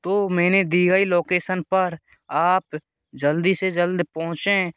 तो मैने दी गई लोकेसन पर आप जल्दी से जल्द पहुँचे